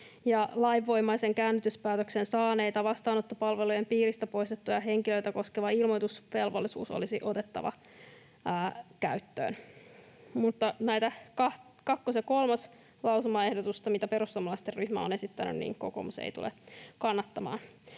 ja lainvoimaisen käännytyspäätöksen saaneita vastaanottopalvelujen piiristä poistettuja henkilöitä koskeva ilmoitusvelvollisuus olisi otettava käyttöön. Mutta näitä 2. ja 3. lausumaehdotusta, mitä perussuomalaisten ryhmä on esittänyt, kokoomus ei tule kannattamaan.